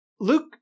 Luke